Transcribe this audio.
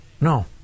No